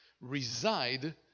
reside